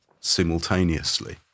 simultaneously